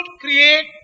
create